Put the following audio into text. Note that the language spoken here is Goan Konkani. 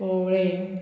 पोवळे